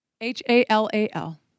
h-a-l-a-l